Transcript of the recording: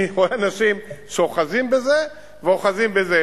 אני רואה אנשים שאוחזים בזה, ואוחזים בזה.